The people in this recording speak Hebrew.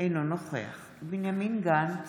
אינו נוכח בנימין גנץ,